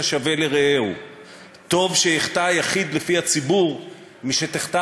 השווה לרעהו"; "טוב שיחטא היחיד כלפי הציבור משתחטא